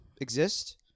exist